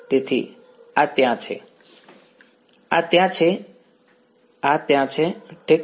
તેથી આ ત્યાં છે આ ત્યાં છે આ ત્યાં છે અને આ ત્યાં છે ઠીક છે